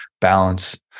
balance